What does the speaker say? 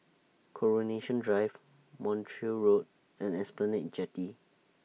Coronation Drive Montreal Road and Esplanade Jetty